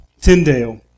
Tyndale